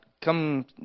come